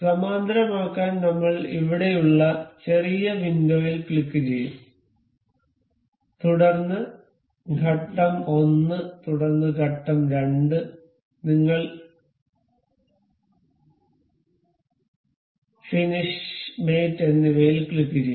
സമാന്തരമാക്കാൻ നമ്മൾ ഇവിടെയുള്ള ചെറിയ വിൻഡോയിൽ ക്ലിക്കുചെയ്യും തുടർന്ന് ഘട്ടം 1 തുടർന്ന് ഘട്ടം 2 നിങ്ങൾ ശരി ഫിനിഷ് മേറ്റ് എന്നിവയിൽ ക്ലിക്കുചെയ്യും